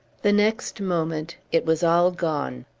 the next moment, it was all gone.